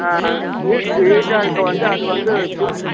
NEET நீட்டாக இருக்கற வந்து அது வந்து தும்க்